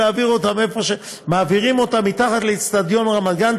להעביר מעבירים אותם אל מתחת לאצטדיון רמת-גן,